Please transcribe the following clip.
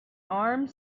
armed